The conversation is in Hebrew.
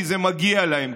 כי זה מגיע להם.